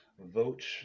Vote